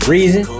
Reason